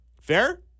Fair